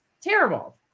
terrible